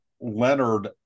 Leonard